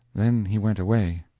then he went away.